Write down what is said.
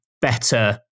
better